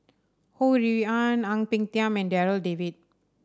Ho Rui An Ang Peng Tiam and Darryl David